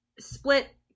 Split